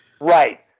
Right